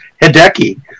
Hideki